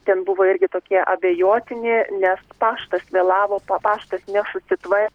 ten buvo irgi tokie abejotini nes paštas vėlavo pa paštas nesusitva